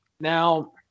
Now